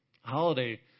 holiday